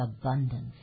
abundance